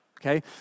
okay